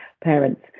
parents